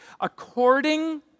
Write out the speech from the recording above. According